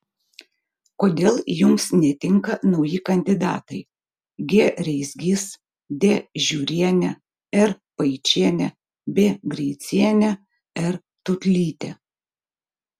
kodėl jums netinka nauji kandidatai g reisgys d žiurienė r paičienė b greicienė r tūtlytė